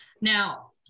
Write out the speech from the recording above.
Now